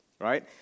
right